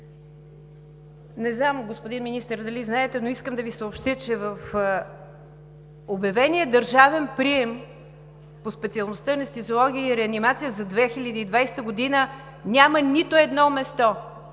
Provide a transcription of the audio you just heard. не знам, господин Министър, дали знаете, но искам да Ви съобщя, че в обявения държавен прием по специалността „Анестезиология и реанимация“ за 2020 г. няма нито едно място,